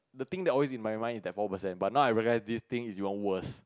the thing that always in my mind is that four percent but now I realise this thing is even worse